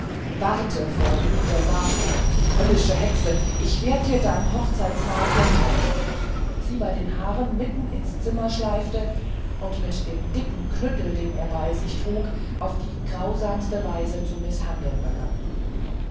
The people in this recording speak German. warte verruchter satan höllische hexe ich werd dir dein hochzeitmahl eintränken sie bei den haaren mitten ins zimmer schleifte und mit dem dicken knüttel den er bei sich trug auf die grausamste weise zu mißhandeln begann